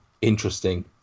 Interesting